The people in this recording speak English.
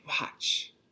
watch